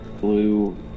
Blue